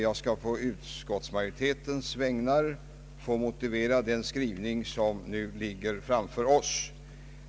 Jag skall på utskottsmajoritetens vägnar be att få motivera den skrivning som utskottet här har gjort.